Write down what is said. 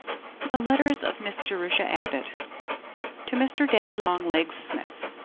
the letters of miss jerusha abbott to mr. daddy-long-legs smith